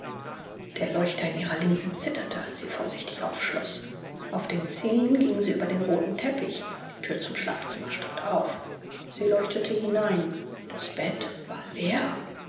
der leuchter in ihrer linken zitterte als sie vorsichtig aufschloß auf den zehen ging sie über den roten teppich die tür zum schlafzimmer stand auf sie leuchtete hinein das bett war leer